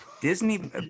Disney